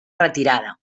retirada